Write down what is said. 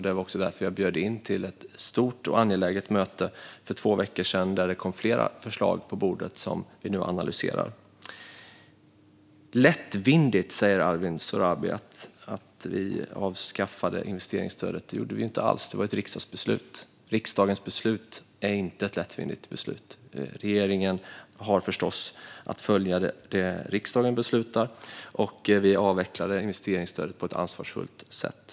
Det var också därför jag bjöd in till ett stort och angeläget möte för två veckor sedan. Där kom det upp flera förslag på bordet som vi nu analyserar. Arwin Sohrabi säger att vi avskaffade investeringsstödet lättvindigt. Det gjorde vi inte alls. Det var ett riksdagsbeslut. Riksdagens beslut är inte lättvindiga beslut. Regeringen har förstås att följa det riksdagen beslutar, och vi avvecklade investeringsstödet på ett ansvarsfullt sätt.